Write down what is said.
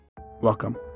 Welcome